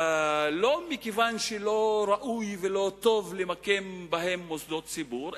לא מכיוון שלא ראוי ולא טוב למקם בהם מוסדות ציבור,